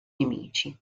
nemici